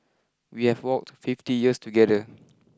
we have walked fifty years together